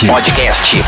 Podcast